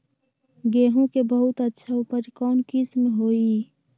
गेंहू के बहुत अच्छा उपज कौन किस्म होई?